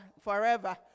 forever